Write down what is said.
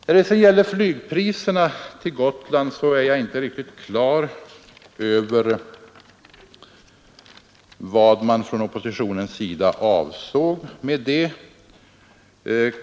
När det sedan gäller flygpriserna till Gotland är jag inte på det klara med vad man från oppositionens sida avsåg med det anförda.